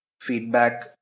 feedback